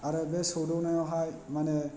आरो बे सौदावनायावहाय माने